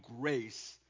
grace